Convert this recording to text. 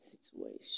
situation